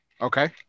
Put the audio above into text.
Okay